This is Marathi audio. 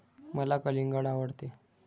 मला कलिंगड आवडते